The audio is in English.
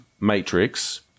matrix